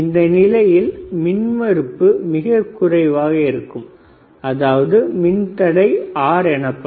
இந்த நிலையில் மின் மறுப்பு மிகக்குறைவாக இருக்கும் அதுவே மின்தடை R எனப்படும்